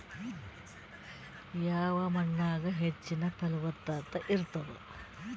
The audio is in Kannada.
ಯಾವ ಮಣ್ಣಾಗ ಹೆಚ್ಚಿನ ಫಲವತ್ತತ ಇರತ್ತಾದ?